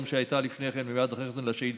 שהייתה לפני כן במליאת הכנסת ולשאילתה.